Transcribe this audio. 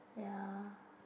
ya